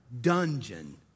dungeon